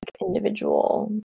individual